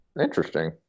Interesting